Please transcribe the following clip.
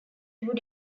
would